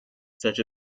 such